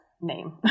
name